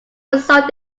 result